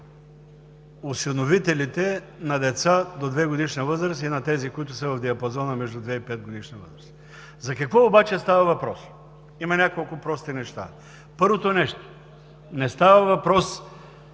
осиновителите на деца до 2-годишна възраст и тези в диапазона между 2 и 5-годишна възраст. За какво обаче става въпрос? Има няколко прости неща. Първото нещо, не става въпрос